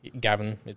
Gavin